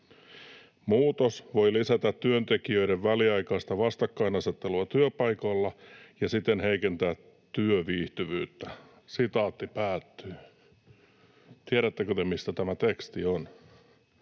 Muutos voi lisätä työntekijöiden väliaikaista vastakkainasettelua työpaikoilla ja siten heikentää työviihtyvyyttä.” Tiedättekö te, mistä tämä teksti on?